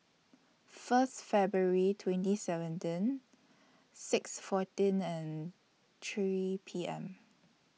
First February twenty seventeen six fourteen and three P M